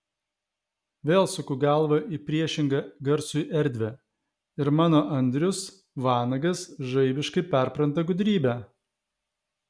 vėl suku galvą į priešingą garsui erdvę ir mano andrius vanagas žaibiškai perpranta gudrybę